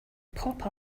pop